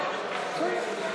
אדוני,